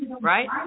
right